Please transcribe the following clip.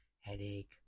headache